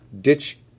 Ditch